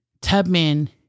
Tubman